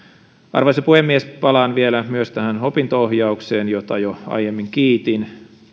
arvoisa puhemies palaan vielä myös tähän opinto ohjaukseen jota jo aiemmin kiitin